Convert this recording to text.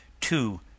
two